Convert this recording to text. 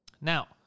Now